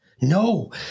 no